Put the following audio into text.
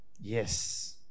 Yes